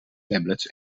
tablets